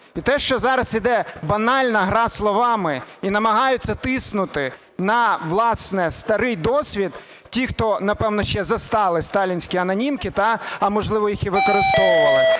І те, що зараз йде банальна гра словами, і намагаються тиснути на, власне, старий досвід ті, хто, напевно, ще застали сталінські анонімки та, а, можливо, їх і використовували,